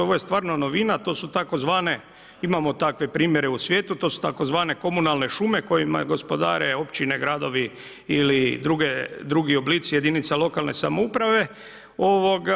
Ovo je stvarno novina, to su tzv. imamo takve primjere u svijetu, to su tzv. komunalne šume kojima gospodare općine, gradovi ili drugi oblici jedinica lokalne samouprave.